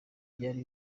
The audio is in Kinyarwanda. byari